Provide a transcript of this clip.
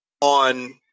On